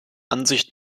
ansicht